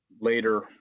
later